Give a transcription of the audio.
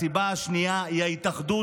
והסיבה השנייה היא ההתאחדות,